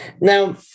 Now